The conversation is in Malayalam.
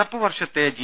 നടപ്പു വർഷത്തെ ജി